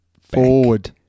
forward